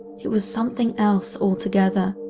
it was something else altogether.